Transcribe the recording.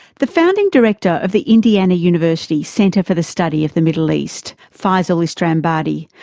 the founding director of the indiana university, center for the study of the middle east, feisal istrabadi,